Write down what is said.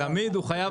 כן.